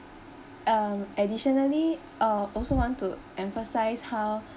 um additionally uh also want to emphasize how